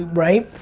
right?